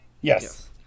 Yes